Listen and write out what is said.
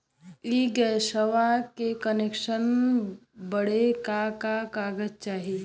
इ गइसवा के कनेक्सन बड़े का का कागज चाही?